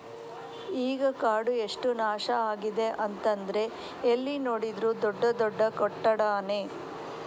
ಈಗ ಕಾಡು ಎಷ್ಟು ನಾಶ ಆಗಿದೆ ಅಂತಂದ್ರೆ ಎಲ್ಲಿ ನೋಡಿದ್ರೂ ದೊಡ್ಡ ದೊಡ್ಡ ಕಟ್ಟಡಾನೇ